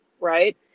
right